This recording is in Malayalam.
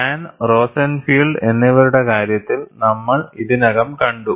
ഹാൻ റോസെൻഫീൽഡ് Han Rosenfield എന്നിവരുടെ കാര്യത്തിൽ നമ്മൾ ഇതിനകം കണ്ടു